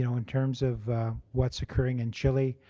you know in terms of what's occurring in chile,